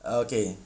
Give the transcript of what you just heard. okay